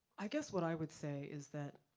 i guess what i would say is that,